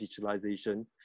digitalization